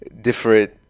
different